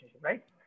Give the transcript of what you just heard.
right